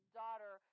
daughter